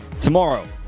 tomorrow